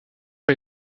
est